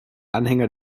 anhänger